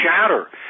shatter